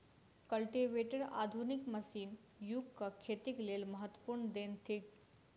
cultivator आधुनिक मशीनी युगक खेतीक लेल महत्वपूर्ण देन थिक